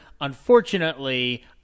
unfortunately